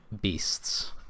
Beasts